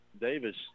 Davis